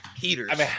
Heaters